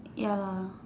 ya lah